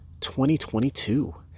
2022